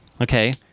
Okay